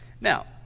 Now